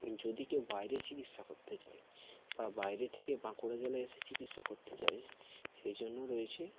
যদি কেউ বাইরে চিকিৎসা করতে যায় বা বাইরে থেকে বাঁকুড়া জেলায় এসে চিকিৎসা করতে চায় সেই জন্য রয়েছে